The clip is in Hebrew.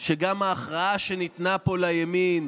שגם ההכרעה שניתנה פה לימין